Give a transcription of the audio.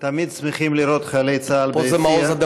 תמיד שמחים לראות את חיילי צה"ל ביציע.